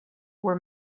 were